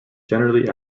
generally